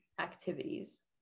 activities